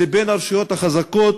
לבין הרשויות החזקות?